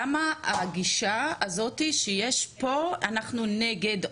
למה הגישה הזאת שיש פה שאנחנו נגד,